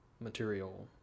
material